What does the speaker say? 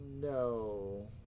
no